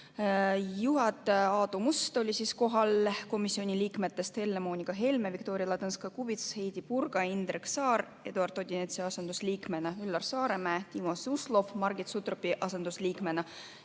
Juhataja Aadu Must oli kohal, komisjoni liikmetest [olid kohal] Helle-Moonika Helme, Viktoria Ladõnskaja-Kubits, Heidy Purga, Indrek Saar Eduard Odinetsi asendusliikmena, Üllar Saaremäe, Timo Suslov Margit Sutropi asendusliikmena,